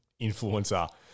influencer